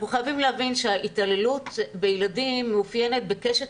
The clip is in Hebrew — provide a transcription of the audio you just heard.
אנחנו חייבים להבין שההתעללות בילדים מאופיינת בקשת